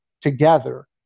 together